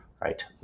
right